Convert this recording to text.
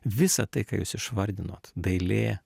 visą tai ką jūs išvardinot dailė